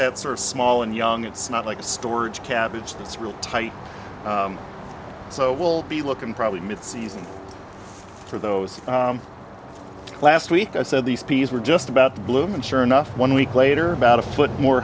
that sort of small and young it's not like a storage cabbage that's really tight so will be looking probably midseason for those last week i said these pieces were just about bloom and sure enough one week later about a foot more